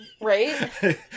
Right